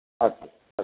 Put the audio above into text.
अस्तु अस्तु